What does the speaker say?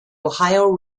ohio